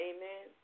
Amen